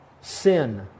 sin